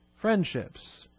friendships